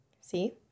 See